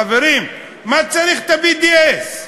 חברים, מה צריך את ה-BDS?